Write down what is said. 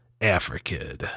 African